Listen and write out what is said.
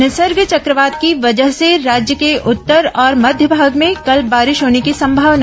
निसर्ग चक्रवात की वजह से राज्य के उत्तर और मध्य भाग में कल बारिश होने की संभावना